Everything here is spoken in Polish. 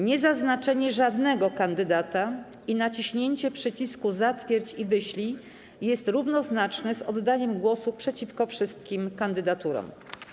Niezaznaczenie żadnego kandydata i naciśnięcie przycisku „Zatwierdź i wyślij” jest równoznaczne z oddaniem głosu przeciwko wszystkim kandydaturom.